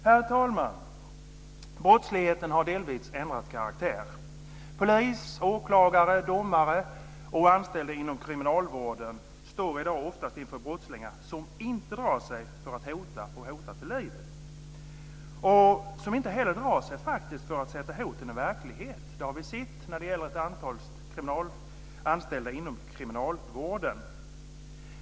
Herr talman! Brottsligheten har delvis ändrat karaktär. Polis, åklagare, domare och anställda inom kriminalvården står i dag ofta inför brottslingar som inte drar sig för att hota till livet. De drar sig faktiskt inte heller för att sätta hoten i verket. Det har vi sett när det gäller ett antal anställda inom kriminalvården.